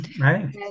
Right